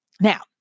Now